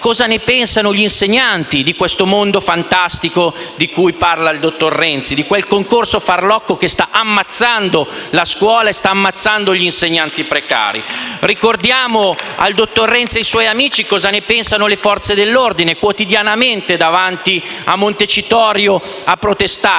cosa ne pensano gli insegnanti di questo mondo fantastico di cui lui parla, di quel concorso farlocco che sta ammazzando la scuola e gli insegnanti precari. *(Applausi della senatrice Mussini).* Ricordiamo al dottor Renzi e ai suoi amici cosa ne pensano le Forze dell'ordine, quotidianamente davanti a Montecitorio a protestare.